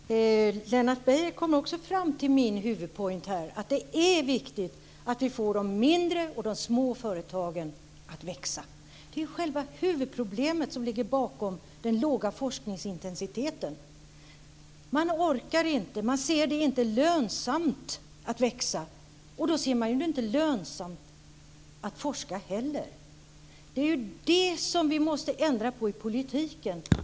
Fru talman! Lennart Beijer kom också fram till min huvudpoäng här, att det är viktigt att vi får de små företagen att växa. Det är själva huvudproblemet som ligger bakom den låga forskningsintensiteten. Dessa företag ser det inte som lönsamt att växa, de orkar inte. Och då ser de det inte som lönsamt att forska heller. Det är ju det som vi måste ändra på i politiken.